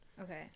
Okay